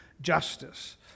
justice